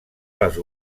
les